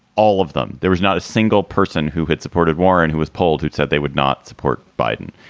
all of them. there was not a single person who had supported warren who was polled, who said they would not support biden.